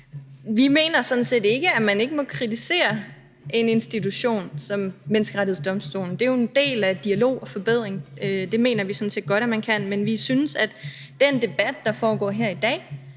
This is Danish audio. vi mener sådan set ikke, at man ikke må kritisere en institution som Menneskerettighedsdomstolen – det er jo en del af dialogen og forbedringen. Det mener vi sådan set godt at man kan. Men vi synes, at den debat, der foregår her i dag,